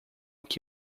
que